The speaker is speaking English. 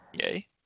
Yay